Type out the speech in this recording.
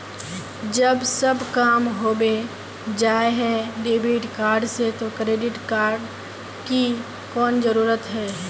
जब सब काम होबे जाय है डेबिट कार्ड से तो क्रेडिट कार्ड की कोन जरूरत है?